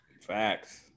Facts